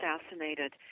assassinated